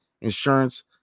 insurance